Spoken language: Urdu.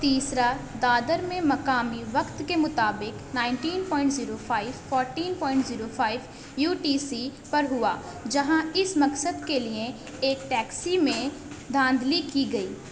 تیسرا دادر میں مقامی وقت کے مطابق nineteen point zero five fourteen point zero five U T C پر ہوا جہاں اس مقصد کے لیے ایک ٹیکسی میں دھاندلی کی گئی